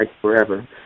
forever